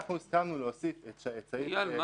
הסכמנו להוסיף את סעיף 81 --- אייל,